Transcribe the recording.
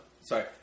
Sorry